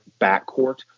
backcourt